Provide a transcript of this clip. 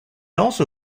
also